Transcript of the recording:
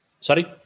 Sorry